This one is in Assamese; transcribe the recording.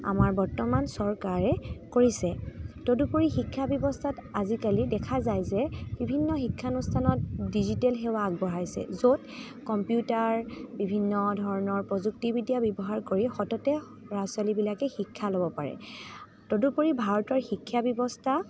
আমাৰ বৰ্তমান চৰকাৰে কৰিছে তদুপৰি শিক্ষাব্যৱস্থাত আজিকালি দেখা যায় যে বিভিন্ন শিক্ষানুষ্ঠানত ডিজিটেল সেৱা আগবঢ়াইছে য'ত কম্পিউটাৰ বিভিন্ন ধৰণৰ প্ৰযুক্তিবিদ্যা ব্যৱহাৰ কৰি সততে ল'ৰা ছোৱালীবিলাকে শিক্ষা ল'ব পাৰে তদুপৰি ভাৰতৰ শিক্ষাব্যৱস্থা